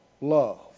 love